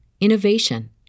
innovation